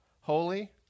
holy